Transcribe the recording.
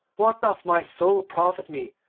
what doth my soul profit me,